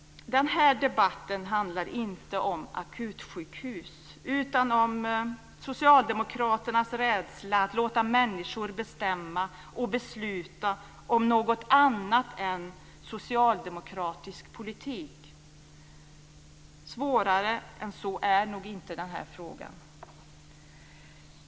Den här debatten handlar inte om akutsjukhus utan om socialdemokraternas rädsla att låta människor bestämma och besluta om något annat än socialdemokratisk politik. Svårare än så är nog inte den här frågan.